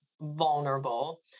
vulnerable